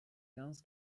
guns